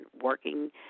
working